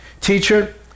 Teacher